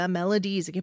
melodies